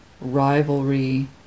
rivalry